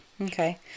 okay